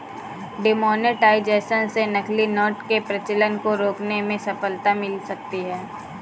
demonetisation से नकली note के प्रचलन को रोकने में सफलता मिल सकती है